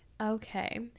Okay